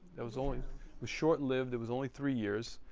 that was only was short-lived it was only three years.